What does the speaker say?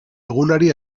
egunari